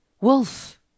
wolf